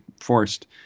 forced